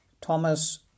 Thomas